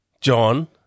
John-